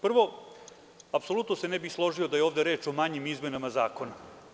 Prvo, apsolutno se ne bih složio da je ovde reč o manjim izmenama zakona.